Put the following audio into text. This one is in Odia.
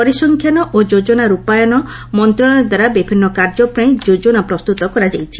ପରିସଂଖ୍ୟାନ ଓ ଯୋଜନା ରୂପାୟନ ମନ୍ତଶାଳୟଦ୍ୱାରା ବିଭିନ୍ନ କାର୍ଯ୍ୟପାଇଁ ଯୋଜନା ଗ୍ରହଣ କରାଯାଇଛି